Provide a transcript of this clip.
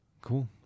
cool